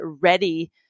ready